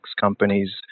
companies